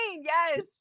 yes